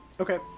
Okay